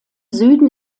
süden